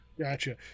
Gotcha